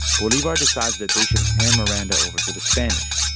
bolivar decides that they should hand miranda over to the spanish.